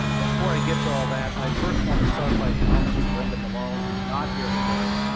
um before i get to all that, i first want to start by acknowledging brenda malone, who's not here today.